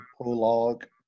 Prologue